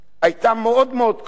היתה מאוד-מאוד כואבת,